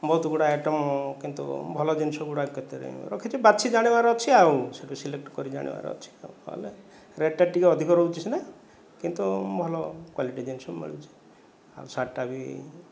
ବହୁତ ଗୁଡ଼ା ଆଇଟମ୍ କିନ୍ତୁ ଭଲ ଜିନିଷ ଗୁଡ଼ା କେତେ ରଖିଛି ବାଛି ଜାଣିବାର ଅଛି ଆଉ ସେଠୁ ସିଲେକ୍ଟ କରି ଜାଣିବାର ଅଛି ଆଉ ନହେଲେ ରେଟ୍ଟା ଟିକେ ଅଧିକ ରହୁଛି ସିନା କିନ୍ତୁ ଭଲ କ୍ୱାଲିଟି ଜିନିଷ ମିଳୁଛି ଆଉ ଶାର୍ଟଟା ବି